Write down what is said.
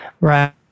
Right